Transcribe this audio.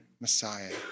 Messiah